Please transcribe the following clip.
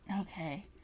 Okay